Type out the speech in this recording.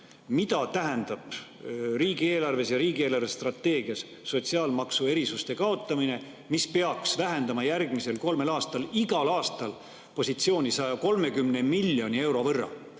mida tähendab riigieelarves ja riigi eelarvestrateegias sotsiaalmaksu erisuste kaotamine, mis peaks vähendama järgmisel kolmel aastal – igal aastal – positsiooni 130 miljoni euro võrra?